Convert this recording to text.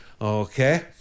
okay